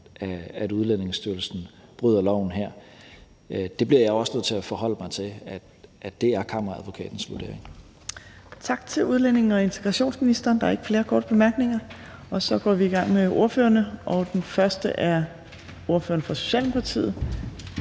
at Udlændingestyrelsen bryder loven her. Det bliver jeg også nødt til at forholde mig til er Kammeradvokatens vurdering. Kl. 15:22 Tredje næstformand (Trine Torp): Tak til udlændinge- og integrationsministeren. Der er ikke flere korte bemærkninger. Og så går vi i gang med ordførerne, og den første er ordføreren for Socialdemokratiet.